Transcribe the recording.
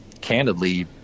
candidly